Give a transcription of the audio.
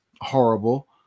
horrible